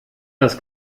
das